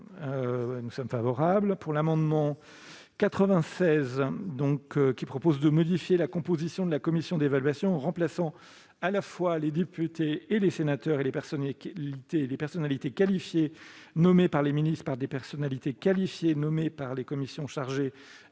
un avis favorable. L'amendement n° 96 a pour objet de modifier la composition de la commission d'évaluation, en remplaçant les députés, les sénateurs et les personnalités qualifiées nommées par les ministres par des personnalités qualifiées nommées par les commissions